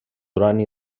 durant